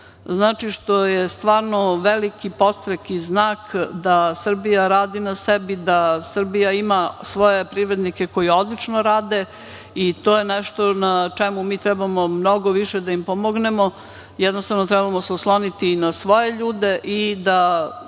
firme. To je veliki podstrek i znak da Srbija radi na sebi, da Srbija ima svoje privrednike koji odlično rade. To je nešto na čemu mi trebamo mnogo više da im pomognemo, treba da se oslonimo na svoje ljude i da